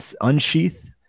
Unsheath